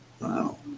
Wow